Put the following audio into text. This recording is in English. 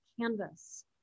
canvas